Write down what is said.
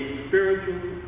spiritual